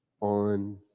on